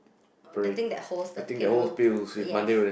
the thing that holds the tail yes